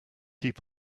keep